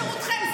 לשירותכם.